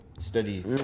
Steady